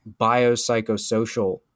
biopsychosocial